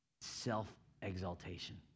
Self-exaltation